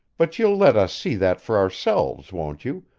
but you'll let us see that for ourselves, won't you,